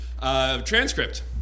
transcript